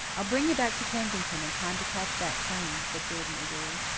i'll bring you back to kensington in time to catch that train, said jordan eagerly.